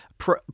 Pro